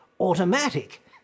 automatic